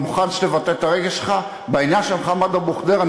הסיבה שמוחמד אבו ח'דיר,